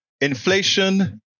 Inflation